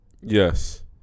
Yes